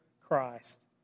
Christ